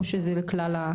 או שזה לכלל.